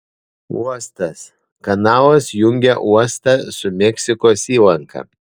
uostas kanalas jungia uostą su meksikos įlanka